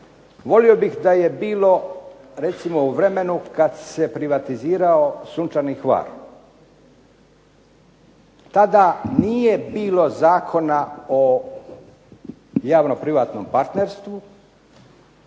molio bih da je bilo recimo u vremenu kad se privatizirao Sunčani Hvar. Tada nije bilo Zakona o javnom privatnom partnerstvu,